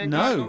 no